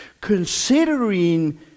considering